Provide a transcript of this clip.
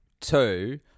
two